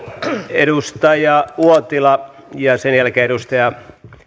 edustaja uotila ja sen jälkeen edustaja